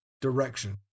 direction